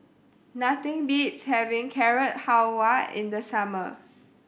nothing beats having Carrot Halwa in the summer